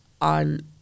on